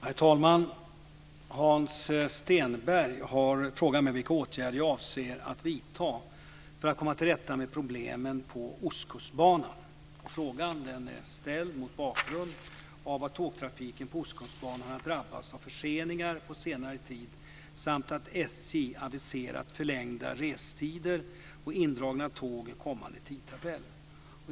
Herr talman! Hans Stenberg har frågat mig vilka åtgärder jag avser att vidta för att komma till rätta med problemen på Ostkustbanan. Frågan är ställd mot bakgrund av att tågtrafiken på Ostkustbanan har drabbats av förseningar på senare tid samt att SJ aviserat förlängda restider och indragna tåg i kommande tidtabell.